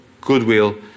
goodwill